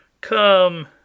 come